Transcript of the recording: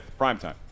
Primetime